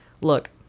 look